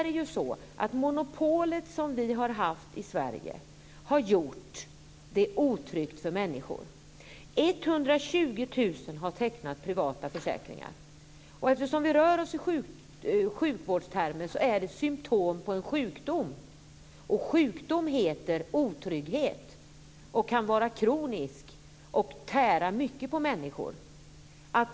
Det monopol som vi har haft i Sverige har gjort det otryggt för människor. Eftersom vi rör oss med sjukvårdstermer kan man säga att detta är symtom på en sjukdom, och sjukdomen heter otrygghet. Den kan var kronisk och tära mycket på människor.